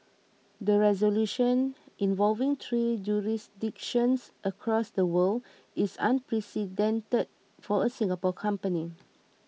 the resolution involving three jurisdictions across the world is unprecedented for a Singapore company